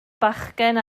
bachgen